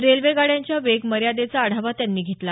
railway गाड्यांच्या वेग मर्यादेचा आढावा त्यांनी घेतला